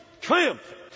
triumph